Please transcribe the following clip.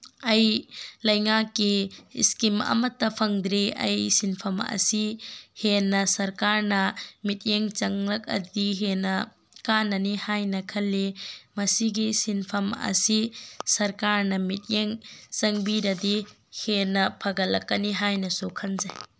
ꯑꯩ ꯂꯩꯉꯥꯛꯀꯤ ꯏꯁꯀꯤꯝ ꯑꯃꯠꯇ ꯐꯪꯗ꯭ꯔꯤ ꯑꯩ ꯁꯤꯟꯐꯝ ꯑꯁꯤ ꯍꯦꯟꯅ ꯁꯔꯀꯥꯔꯅ ꯃꯤꯠꯌꯦꯡ ꯆꯪꯂꯛꯂꯑꯗꯤ ꯍꯦꯟꯅ ꯀꯥꯟꯅꯅꯤ ꯍꯥꯏꯅ ꯈꯜꯂꯤ ꯃꯁꯤꯒꯤ ꯁꯤꯟꯐꯝ ꯑꯁꯤ ꯁꯔꯀꯥꯔꯅ ꯃꯤꯠꯌꯦꯡ ꯆꯪꯕꯤꯔꯗꯤ ꯍꯦꯟꯅ ꯐꯒꯠꯂꯛꯀꯅꯤ ꯍꯥꯏꯅꯁꯨ ꯈꯟꯖꯩ